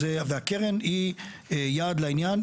והקרן היא יעד לעניין.